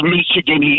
Michigan